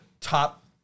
top